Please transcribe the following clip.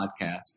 podcast